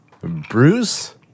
Bruce